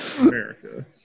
America